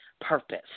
purpose